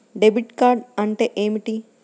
Debit card అంటే ఏమిటి?